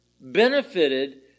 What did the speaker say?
benefited